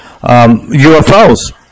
UFOs